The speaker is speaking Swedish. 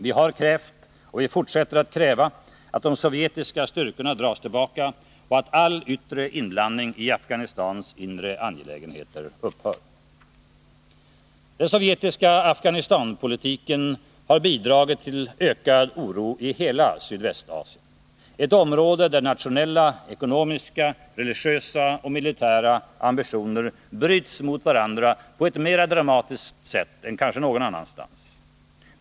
Vi har krävt och fortsätter att kräva att de sovjetiska styrkorna dras tillbaka och att all yttre inblandning i Afghanistans inre angelägenheter upphör. Den sovjetiska Afghanistanpolitiken har bidragit till ökad oro i hela Sydvästasien, ett område där nationella, ekonomiska, religiösa och militära ambitioner bryts mot varandra på ett mera dramatiskt sätt än kanske någon annanstans.